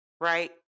right